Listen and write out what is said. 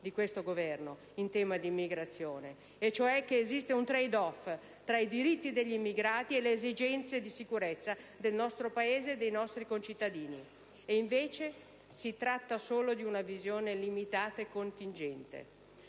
di questo Governo in tema di immigrazione, e cioè che esiste un *trade off* tra i diritti degli immigrati e le esigenze di sicurezza del nostro Paese e dei nostri concittadini. E invece si propone solo una visione limitata e contingente.